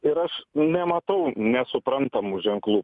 ir aš nematau nesuprantamų ženklų